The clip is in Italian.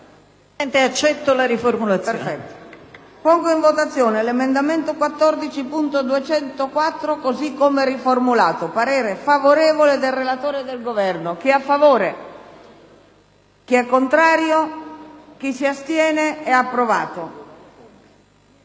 Accetta la riformulazione